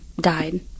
died